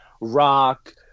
rock